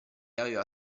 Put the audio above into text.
aveva